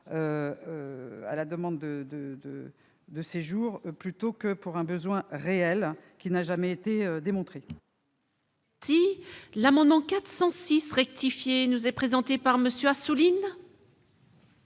à la demande de séjour qu'à répondre à un besoin réel qui n'a jamais été démontré.